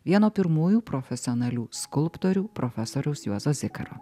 vieno pirmųjų profesionalių skulptorių profesoriaus juozo zikaro